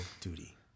duty